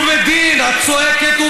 ובדין את צועקת,